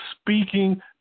speaking